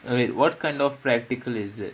wait what kind of practical is it